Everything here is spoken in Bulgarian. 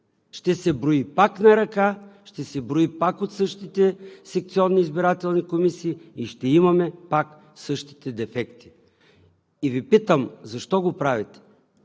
Ще се брои пак на ръка, ще се брои пак от същите секционни избирателни комисии и ще имаме пак същите дефекти. И Ви питам: защо го правите?